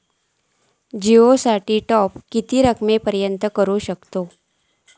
जिओ साठी टॉप किती रकमेपर्यंत करू शकतव?